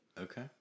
Okay